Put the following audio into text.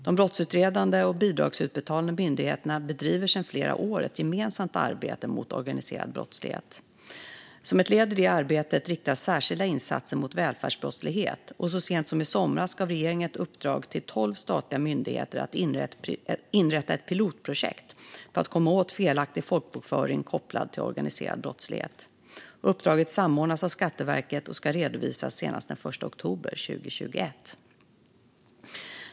De brottsutredande och bidragsutbetalande myndigheterna bedriver sedan flera år ett gemensamt arbete mot organiserad brottslighet. Som ett led i det arbetet riktas särskilda insatser mot välfärdsbrottslighet, och så sent som i somras gav regeringen ett uppdrag till tolv statliga myndigheter att inrätta ett pilotprojekt för att komma åt felaktig folkbokföring kopplad till organiserad brottslighet. Uppdraget samordnas av Skatteverket och ska redovisas senast den 1 oktober 2021.